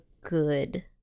good